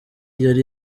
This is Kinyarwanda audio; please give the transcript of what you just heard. yari